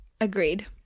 agreed